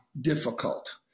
difficult